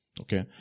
okay